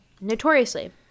notoriously